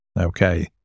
okay